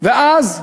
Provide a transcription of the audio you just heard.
ואז באנו,